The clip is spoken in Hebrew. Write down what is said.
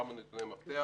כמה נתוני מפתח: